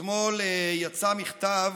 אתמול יצא מכתב